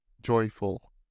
joyful